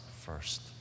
first